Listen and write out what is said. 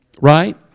right